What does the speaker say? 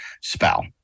spell